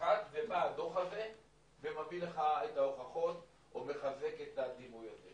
מושחת ובא הדוח הזה ומביא את ההוכחות ועוד יותר מחזק את הדימוי הזה.